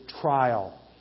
trial